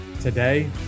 Today